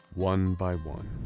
one by one,